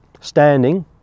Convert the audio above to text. standing